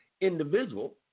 individual